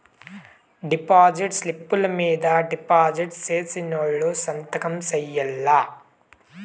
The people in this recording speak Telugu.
డిపాజిట్ స్లిప్పులు మీద డిపాజిట్ సేసినోళ్లు సంతకం సేయాల్ల